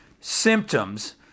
symptoms